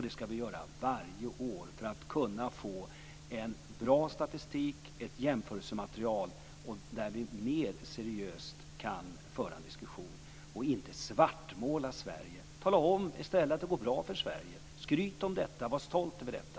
Det skall vi göra varje år för att kunna få en bra statistik och ett jämförelsematerial där vi mer seriöst kan föra en diskussion och inte svartmåla Sverige. Tala i stället om att det går bra för Sverige! Skryt om detta, och var stolt över detta!